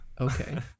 Okay